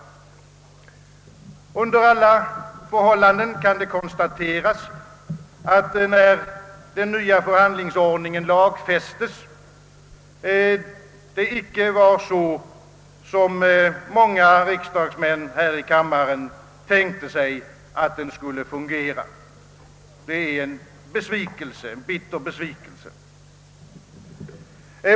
Under alla förhållanden kan det konstateras, att den nya förhandlingsordningen icke fungerat så som många riksdagsmän i denna kammare tänkte sig, när den lagfästes. Det är en bitter besvikelse.